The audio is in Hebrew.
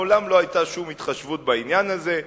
מעולם לא היתה שום התחשבות בעניין הזה.